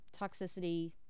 toxicity